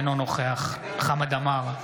אינו נוכח חמד עמאר,